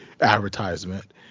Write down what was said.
advertisement